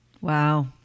Wow